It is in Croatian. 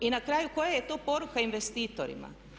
I na kraju koja je to poruka investitorima?